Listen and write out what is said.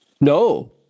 no